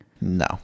No